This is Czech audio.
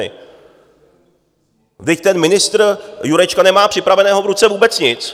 Vždyť ten ministr Jurečka nemá připraveného v ruce vůbec nic.